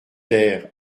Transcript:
ter